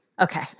Okay